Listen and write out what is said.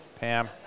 Pam